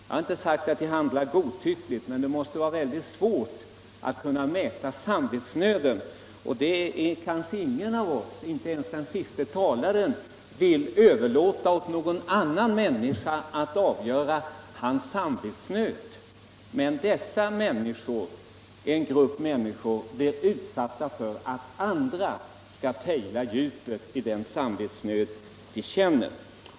Jag har inte sagt att de handlar godtyckligt, men det måste vara väldigt svårt att kunna mäta samvetsnöden. Ingen av oss, inte ens den senaste talaren, vill kanske överlåta åt någon annan människa att avgöra vår samvetsnöd. Men denna grupp människor blir utsatta för just detta att andra skall pejla djupet av den samvetsnöd de känner.